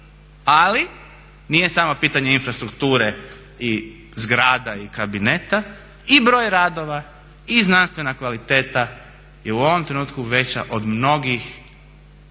ali nije samo pitanje infrastrukture i zgrada i kabineta i broj radova i znanstvena kvaliteta je u ovom trenutku veća od mnogih